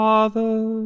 Father